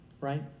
right